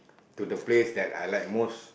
to the place that I like most